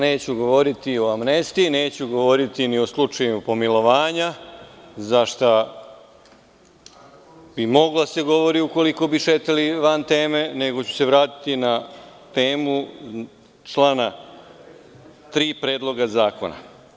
Neću govoriti o amnestiji, neću govoriti ni o slučaju pomilovanja o čemu bi moglo da se govori, ukoliko bi šetali van teme, nego ću se vratiti na temu člana 3. Predloga zakona.